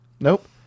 Nope